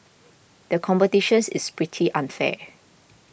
the competitions is pretty unfair